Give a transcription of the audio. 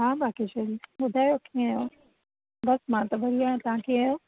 हा भागेश्वरी ॿुधायो कीअं आहियो बसि मां त बढ़िया तव्हां कीअं आहियो